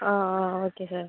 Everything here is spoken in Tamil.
ஆ ஆ ஓகே சார்